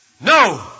No